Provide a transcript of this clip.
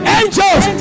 angels